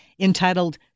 entitled